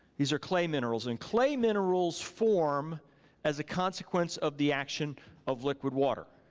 these are clay minerals, and clay minerals form as a consequence of the action of liquid water.